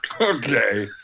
Okay